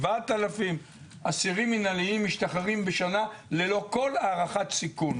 7,000 אסירים מינהליים שמשתחררים בשנה ללא כל הערכת סיכון,